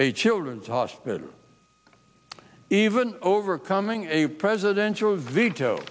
a children's hospital even overcoming a presidential veto